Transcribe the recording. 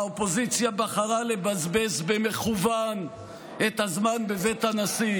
האופוזיציה בחרה לבזבז במכוון את הזמן בבית הנשיא,